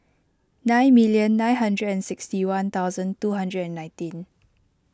nine million nine hundred and sixty one thousand two hundred and nineteen